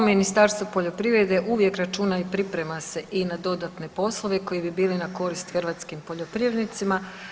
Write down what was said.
Ovo Ministarstvo poljoprivrede uvijek računa i priprema se i na dodatne poslove koji bi bili na korist hrvatskim poljoprivrednicima.